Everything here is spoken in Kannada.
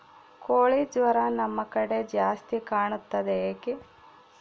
ಕೋಳಿ ಜ್ವರ ನಮ್ಮ ಕಡೆ ಜಾಸ್ತಿ ಕಾಣುತ್ತದೆ ಏಕೆ?